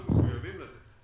אנחנו מחויבים לזה.